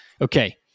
Okay